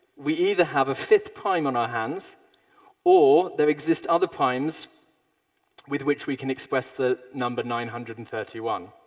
we either have a fifth prime on our hands or there exists other primes with which we can express the number nine hundred and thirty one.